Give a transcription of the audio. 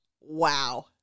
Wow